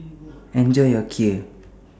Enjoy your Kheer